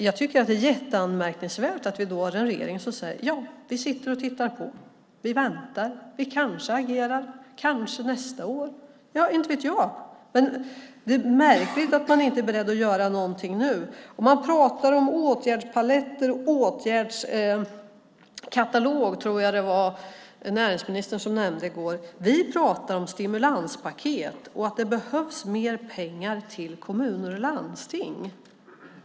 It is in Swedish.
Jag tycker att det är mycket anmärkningsvärt att vi har en regering som säger att de sitter och tittar på och väntar och kanske agerar - kanske nästa år. Inte vet jag, men det är märkligt att man inte är beredd att göra något nu. Man pratar om åtgärdspaletter. I går nämnde, tror jag, näringsministern en åtgärdskatalog. Men vi pratar om stimulanspaket och att det behövs mer pengar till kommuner och landsting.